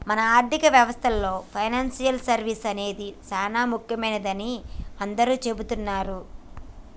మన ఆర్థిక వ్యవస్థలో పెనాన్సియల్ సర్వీస్ అనేది సానా ముఖ్యమైనదని అందరూ సెబుతున్నారు